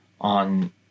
on